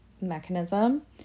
mechanism